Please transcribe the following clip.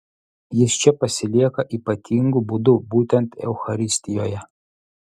jis čia pasilieka ypatingu būdu būtent eucharistijoje